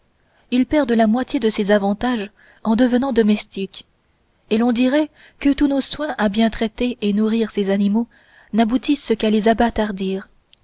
ils perdent la moitié de ces avantages en devenant domestiques et l'on dirait que tous nos soins à bien traiter et nourrir ces animaux n'aboutissent qu'à les